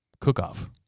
cook-off